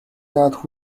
that